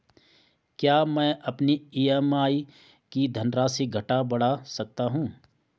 क्या मैं अपनी ई.एम.आई की धनराशि घटा बढ़ा सकता हूँ?